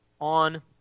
on